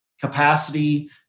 capacity